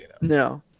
No